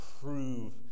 prove